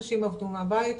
אנשים עבדו מהבית,